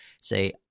say